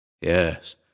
Yes—